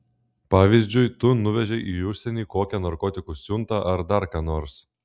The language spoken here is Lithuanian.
pavyzdžiui tu nuvežei į užsienį kokią narkotikų siuntą ar dar ką nors